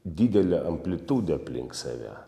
didelę amplitudę aplink save